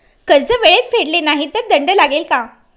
कर्ज वेळेत फेडले नाही तर दंड लागेल का?